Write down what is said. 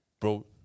bro